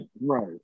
Right